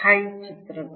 ಚಿ ಚಿತ್ರಗಳು